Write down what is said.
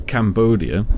Cambodia